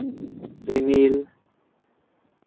ᱨᱤᱢᱤᱞ